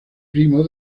primo